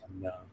No